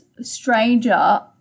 stranger